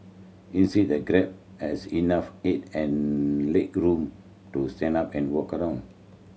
inside the cab has enough head and legroom to stand up and walk around